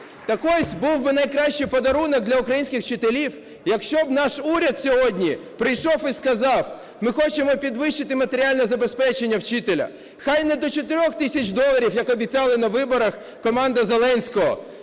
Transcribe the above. Так ось, був би найкращий подарунок для українських вчителів, якщо б наш уряд сьогодні прийшов і сказав: "Ми хочемо підвищити матеріальне забезпечення вчителя". Хай не до 4 тисяч доларів, як обіцяли на виборах команда Зеленського,